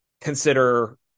consider